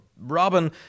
Robin